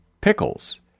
pickles